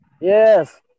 Yes